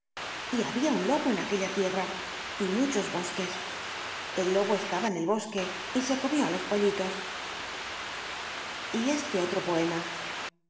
y había un lobo en aquella tierra y muchos bosques el lobo estaba en el bosque y se comió los pollitos y este otro poema